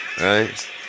right